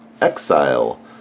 Exile